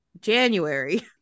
january